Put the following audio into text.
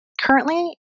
currently